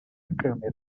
câmera